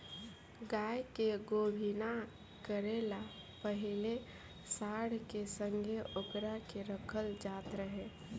गाय के गोभिना करे ला पाहिले सांड के संघे ओकरा के रखल जात रहे